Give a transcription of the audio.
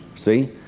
See